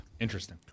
Interesting